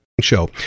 Show